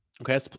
Okay